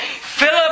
Philip